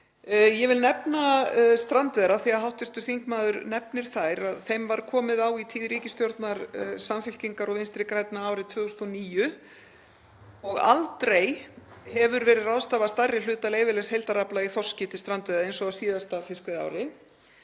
Ég vil nefna strandveiðar, af því að hv. þingmaður nefnir þær. Þeim var komið á í tíð ríkisstjórnar Samfylkingar og Vinstri grænna árið 2009 og aldrei hefur verið ráðstafað stærri hluta leyfilegs heildarafla í þorski til strandveiða eins og á síðasta fiskveiðiári.